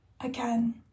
again